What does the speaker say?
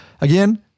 again